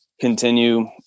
continue